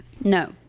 no